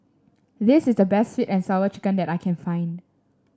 this is the best sweet and Sour Chicken that I can find